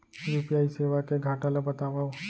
UPI सेवा के घाटा ल बतावव?